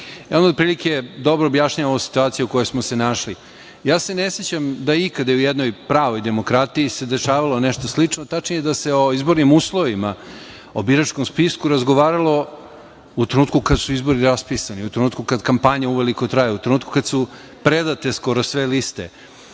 Ona otprilike dobro objašnjava ovu situaciju u kojoj smo se našli. Ja se ne sećam da je ikada u jednoj pravoj demokratiji se dešavalo nešto slično, tačnije da se o izbornim uslovima, o biračkom spisku razgovaralo u trenutku kad su izbori raspisani, u trenutku kad kampanja uveliko traje, u trenutku kad su predate skoro sve liste.